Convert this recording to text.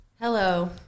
Hello